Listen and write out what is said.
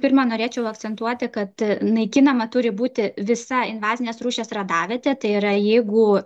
pirma norėčiau akcentuoti kad naikinama turi būti visa invazinės rūšies radavietė tai yra jeigu